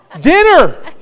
Dinner